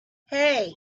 hey